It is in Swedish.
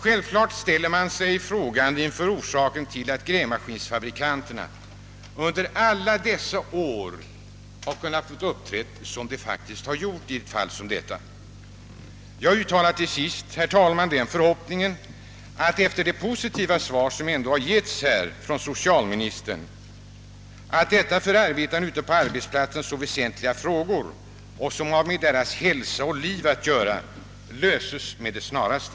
Självklart ställer man sig frågande inför orsakerna till att grävmaskinsfabrikanterna under alla dessa år har kunnat få uppträda på sätt som skett. Jag uttalar till sist, herr talman, den förhoppningen, efter det positiva svar som här har getts av socialministern, att dessa för arbetarna ute på arbetsplatserna så väsentliga frågor, som har med deras hälsa och liv att göra, löses med det snaraste.